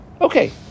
Okay